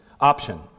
option